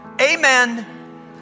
Amen